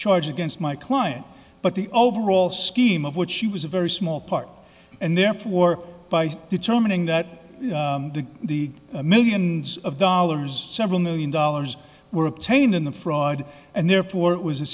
charge against my client but the overall scheme of what she was a very small part and therefore by determining that the millions of dollars several million dollars work tain in the fraud and therefore it was a